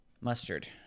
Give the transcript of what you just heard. Mustard